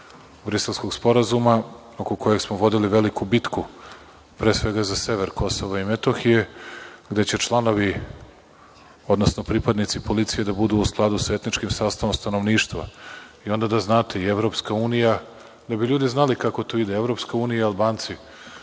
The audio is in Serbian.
Briselskog sporazuma, oko kojeg smo vodili veliku bitku, pre svega za sever KiM, gde će članovi, odnosno pripadnici policije da budu u skladu sa etničkim sastavom stanovništva. Onda da znate, da bi ljudi znali kako to ide, EU i Albanci,